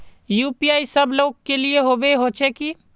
UPI सब लोग के लिए होबे होचे की?